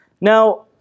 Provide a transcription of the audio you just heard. Now